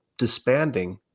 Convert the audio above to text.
disbanding